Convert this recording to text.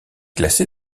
classé